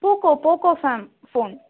Poco Poco Fame phone